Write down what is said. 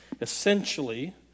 essentially